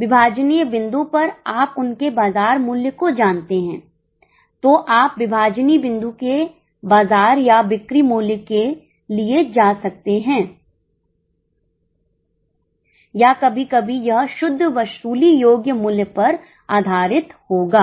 विभाजनीय बिंदु पर आप उनके बाजार मूल्य को जानते हैं तो आप विभाजनीय बिंदु के बाजार या बिक्री मूल्य के लिए जा सकते हैं या कभी कभी यह शुद्ध वसूली योग्य मूल्य पर आधारित होगा